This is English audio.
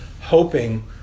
Hoping